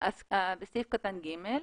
סעיף קטן(ג):